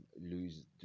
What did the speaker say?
lose